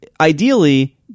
ideally